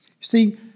See